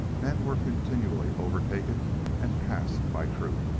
men were continually overtaken and passed by truth.